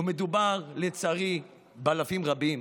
ומדובר לצערי באלפים רבים,